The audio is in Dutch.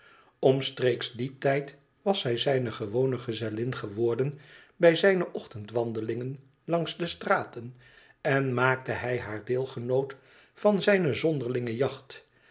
omstreeks dien tijd was zij zijne gewone gezellin geworden bij zijne ochtend wandelingen langs de straten en maakte hij haar deelgenoot van zijne zonderlinge jacht